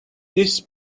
this